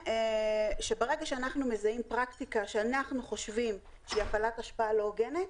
שברגע שאנחנו מזהים פרקטיקה שאנחנו חושבים שהיא הפעלת השפעה לא הוגנת,